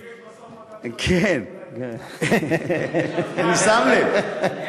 כן, אני שם לב.